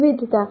વિવિધતા